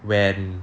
when